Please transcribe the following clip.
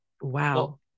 Wow